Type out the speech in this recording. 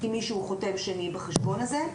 כמי שהוא חותם שני בחשבון הזה,